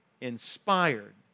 inspired